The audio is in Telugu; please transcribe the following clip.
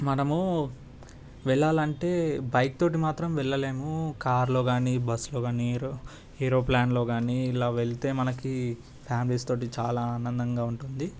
మనము వెళ్లాలంటే బైక్ తోటి మాత్రం వెళ్లలేము కారులో కాని బస్సులో కాని హీరో హీరో ప్లాన్లో కానీ ఇలా వెళ్తే మనకి ఫ్యామిలీస్ తోటి చాలా ఆనందంగా ఉంటుంది